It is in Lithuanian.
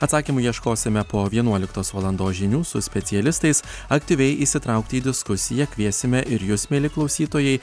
atsakymų ieškosime po vienuoliktos valandos žinių su specialistais aktyviai įsitraukti į diskusiją kviesime ir jus mieli klausytojai